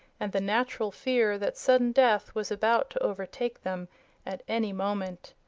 and the natural fear that sudden death was about to overtake them at any moment.